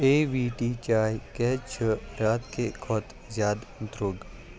A V T چاے کیٛازِ چھِ راتہٕ کہِ کھۄتہٕ زیادٕ درٛوگ